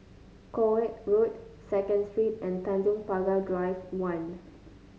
Koek Road Second Street and Tanjong Pagar Drive One